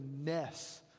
mess